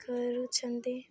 କରୁଛନ୍ତି